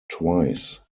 twice